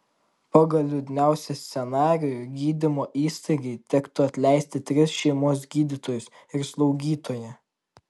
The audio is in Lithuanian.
pagal liūdniausią scenarijų gydymo įstaigai tektų atleisti tris šeimos gydytojus ir slaugytoją